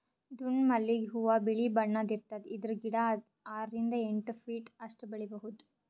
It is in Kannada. ದುಂಡ್ ಮಲ್ಲಿಗ್ ಹೂವಾ ಬಿಳಿ ಬಣ್ಣದ್ ಇರ್ತದ್ ಇದ್ರ್ ಗಿಡ ಆರರಿಂದ್ ಎಂಟ್ ಫೀಟ್ ಅಷ್ಟ್ ಬೆಳಿಬಹುದ್